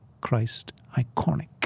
Christ-iconic